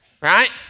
right